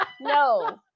no